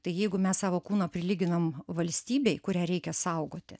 tai jeigu mes savo kūną prilyginam valstybei kurią reikia saugoti